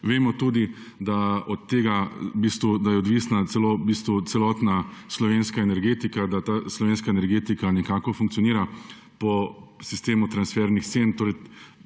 Vemo tudi, da je od tega odvisna celotna slovenska energetika, da ta slovenska energetika nekako funkcionira po sistemu transfernih cen,